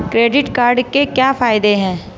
Credit card के क्या फायदे हैं?